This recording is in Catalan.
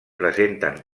presenten